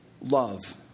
love